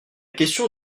question